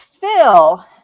Phil